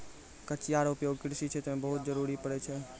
कचिया रो उपयोग कृषि क्षेत्र मे बहुत जरुरी पड़ै छै